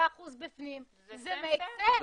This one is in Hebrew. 35% בפנים זה הגיוני.